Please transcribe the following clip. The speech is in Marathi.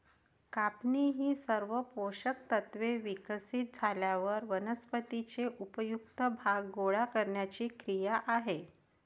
कापणी ही सर्व पोषक तत्त्वे विकसित झाल्यावर वनस्पतीचे उपयुक्त भाग गोळा करण्याची क्रिया आहे